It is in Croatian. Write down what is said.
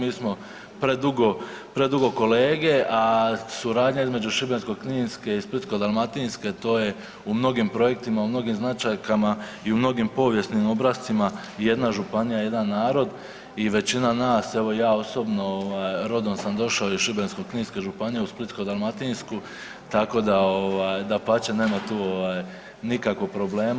Mi smo predugo kolege, a suradnja između Šibensko-kninske i Splitsko-dalmatinske to je u mnogim projektima, i u mnogim značajkama i u mnogim povijesnim obrascima jedna županija, jedan narod i većina nas evo ja osobno rodom sam došao iz Šibensko-kninske županije u Splitsko-dalmatinsku tako da dapače, nema tu nikakvog problema.